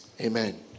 Amen